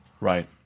right